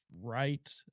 right